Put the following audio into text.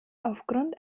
aufgrund